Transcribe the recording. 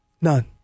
None